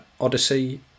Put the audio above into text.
Odyssey